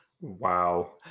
wow